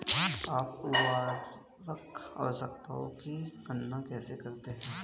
आप उर्वरक आवश्यकताओं की गणना कैसे करते हैं?